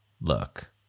look